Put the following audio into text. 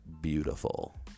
beautiful